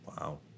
Wow